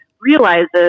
realizes